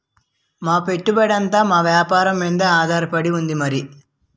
మా పెట్టుబడంతా మా వేపారం మీదే ఆధారపడి ఉంది మరి